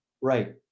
Right